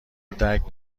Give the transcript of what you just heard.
درک